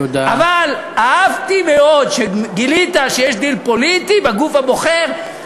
אבל אהבתי מאוד שגילית שיש דיל פוליטי בגוף הבוחר,